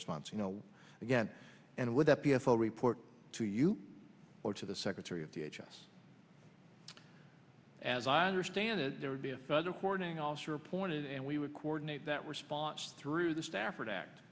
response you know again and would that be a full report to you or to the secretary of the h s as i understand it there would be a federal coordinating officer wanted and we would coordinate that response through the stafford act